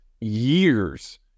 years